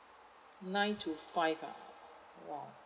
nine to five ah !wow!